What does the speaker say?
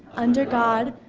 under god,